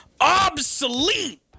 obsolete